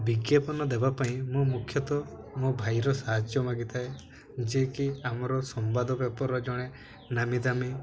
ବିଜ୍ଞାପନ ଦେବା ପାଇଁ ମୁଁ ମୁଖ୍ୟତଃ ମୋ ଭାଇର ସାହାଯ୍ୟ ମାଗିଥାଏ ଯିଏକି ଆମର ସମ୍ବାଦ ପେପର ଜଣେ ନାମୀ ଦାମୀ